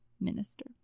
Minister